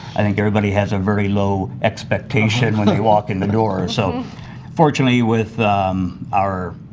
i think everybody has a very low expectation when you walk in the door, so fortunately, with our